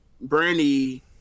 Brandy